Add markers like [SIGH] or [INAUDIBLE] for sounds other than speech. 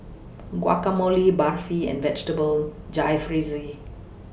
[NOISE] Guacamole Barfi and Vegetable Jalfrezi